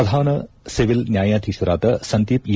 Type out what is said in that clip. ಪ್ರಧಾನ ಸಿವಿಲ್ ನ್ಡಾಯಾಧೀಶರಾದ ಸಂದೀಪ್ಎ